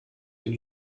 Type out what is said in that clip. den